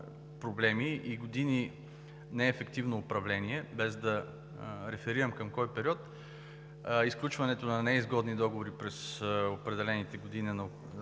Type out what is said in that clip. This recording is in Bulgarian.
проблеми и години неефективно управление, без да реферирам към кой период, и сключването на неизгодни договори през определените години на